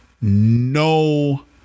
no